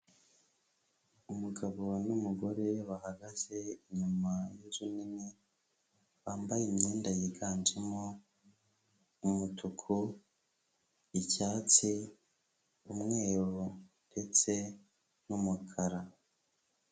Umugabo n'umugore bahagaze inyuma y'inzu nini, bambaye imyenda yiganjemo umutuku, icyatsi, umweru ndetse n'umukara.